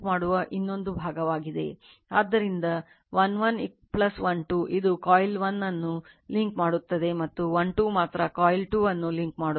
ಆದ್ದರಿಂದ 1 1 12 ಇದು ಕಾಯಿಲ್ 1 ಅನ್ನು ಲಿಂಕ್ ಮಾಡುತ್ತದೆ ಮತ್ತು 1 2 ಮಾತ್ರ ಕಾಯಿಲ್ 2 ಅನ್ನು ಲಿಂಕ್ ಮಾಡುತ್ತದೆ